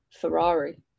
Ferrari